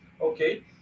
okay